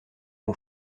bon